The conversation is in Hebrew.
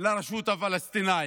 לרשות הפלסטינית.